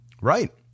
Right